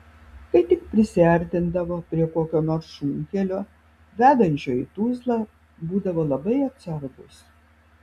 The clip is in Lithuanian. kai tik prisiartindavo prie kokio nors šunkelio vedančio į tuzlą būdavo labai atsargūs